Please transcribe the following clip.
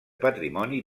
patrimoni